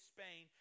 Spain